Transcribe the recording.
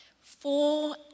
Four